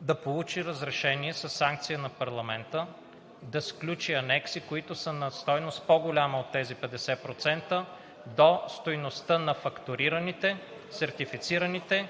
да получи разрешение със санкция на парламента да сключи анекси, които са на стойност, по-голяма от тези 50% до стойността на фактурираните, сертифицираните